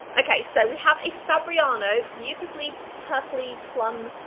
okay, so we have a fabriano beautifully purpley plum.